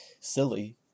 silly